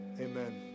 amen